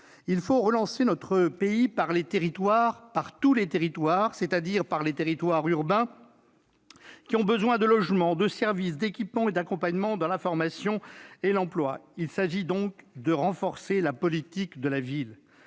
Il faut relancer notre pays par le biais des territoires, de tous les territoires, c'est-à-dire par les territoires urbains, qui ont besoin de logements, de services, d'équipements et d'accompagnement dans la formation et l'emploi. Il s'agit donc de renforcer la politique de la ville.